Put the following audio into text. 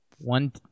one